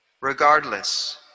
Regardless